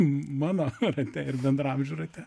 mano rate ir bendraamžių rate